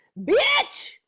Bitch